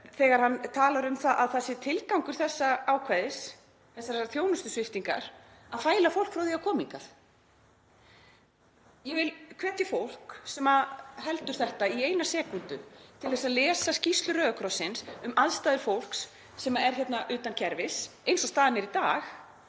þegar hann talar um að það sé tilgangur þessa ákvæðis, þessarar þjónustusviptingar, að fæla fólk frá því að koma hingað. Ég vil hvetja fólk sem heldur þetta í eina sekúndu til að lesa skýrslu Rauða krossins um aðstæður fólks sem er hérna utan kerfis eins og staðan er í dag